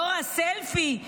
דור הסלפי,